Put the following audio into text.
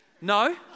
No